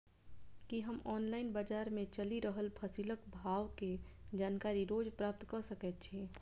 की हम ऑनलाइन, बजार मे चलि रहल फसलक भाव केँ जानकारी रोज प्राप्त कऽ सकैत छी?